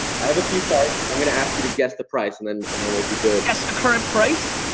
i have a few cards, i'm gonna ask you to guess the price and then and it will be good. guess the current price?